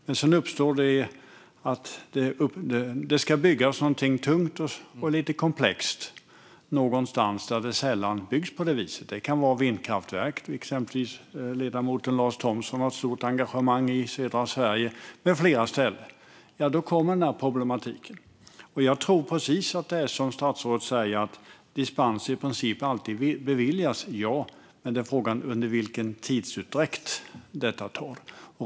Men sedan ska det byggas någonting tungt och lite komplext någonstans där det sällan byggs på det viset. Det kan vara ett vindkraftverk, exempelvis - ledamoten Lars Thomsson som sitter här har ett stort engagemang för det i södra Sverige med flera ställen. Då kommer den här problematiken. Jag tror att det är precis som statsrådet säger, nämligen att dispenser i princip alltid beviljas. Men frågan är med vilken tidsutdräkt.